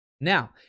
Now